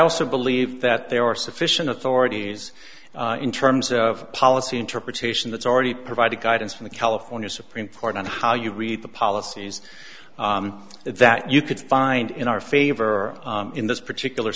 also believe that there are sufficient authorities in terms of policy interpretation that's already provided guidance from the california supreme court on how you read the policies that you could find in our favor in this particular